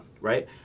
right